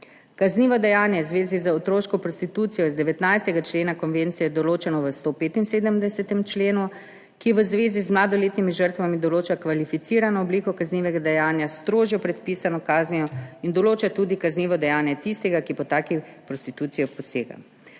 Kaznivo dejanje v zvezi z otroško prostitucijo iz 19. člena konvencije je določeno v 175. členu, ki v zvezi z mladoletnimi žrtvami določa kvalificirano obliko kaznivega dejanja s strožjo predpisano kaznijo in določa tudi kaznivo dejanje tistega, ki po taki prostituciji posega.